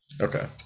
Okay